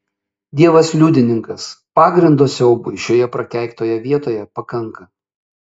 dievas liudininkas pagrindo siaubui šioje prakeiktoje vietoje pakanka